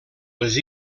les